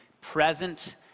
present